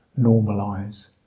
normalize